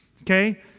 Okay